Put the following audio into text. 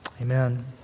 Amen